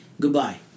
Goodbye